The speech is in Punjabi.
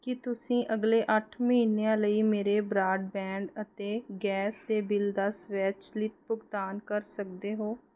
ਕੀ ਤੁਸੀਂਂ ਅਗਲੇ ਅੱਠ ਮਹੀਨਿਆਂ ਲਈ ਮੇਰੇ ਬਰਾਡਬੈਂਡ ਅਤੇ ਗੈਸ ਦੇ ਬਿੱਲ ਦਾ ਸਵੈਚਲਿਤ ਭੁਗਤਾਨ ਕਰ ਸਕਦੇ ਹੋ